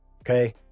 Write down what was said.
Okay